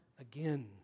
again